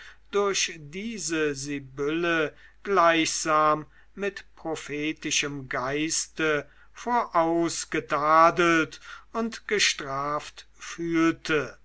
durch diese sibylle gleichsam mit prophetischem geiste voraus getadelt und gestraft fühlte